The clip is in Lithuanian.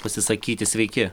pasisakyti sveiki